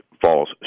Falls